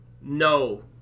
No